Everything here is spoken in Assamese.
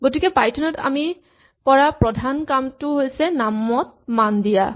গতিকে পাইথন ত আমি কৰা প্ৰধান কামটো গৈছে নামত মান দিয়া